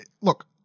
look